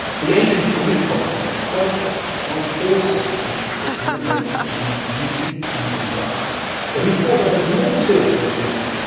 the ancient greek philosopher plato was also interested in the link between beauty and desire but he thought that there's more to it than just.